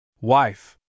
Wife